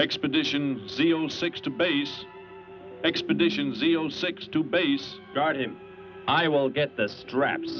expedition seal six to base expedition zero six two base guard and i will get the straps